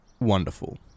wonderful